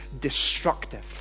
destructive